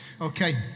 Okay